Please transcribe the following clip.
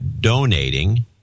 donating